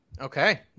okay